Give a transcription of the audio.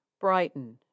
brighton